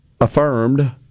affirmed